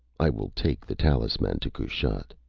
i will take the talisman to kushat.